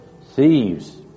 Thieves